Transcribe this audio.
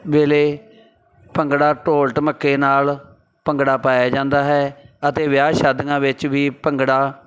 ਵੇਲੇ ਭੰਗੜਾ ਢੋਲ ਢਮੱਕੇ ਨਾਲ ਭੰਗੜਾ ਪਾਇਆ ਜਾਂਦਾ ਹੈ ਅਤੇ ਵਿਆਹ ਸ਼ਾਦੀਆਂ ਵਿੱਚ ਵੀ ਭੰਗੜਾ